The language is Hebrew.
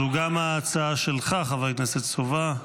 זו גם ההצעה שלך, חבר הכנסת סובה.